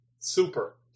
Super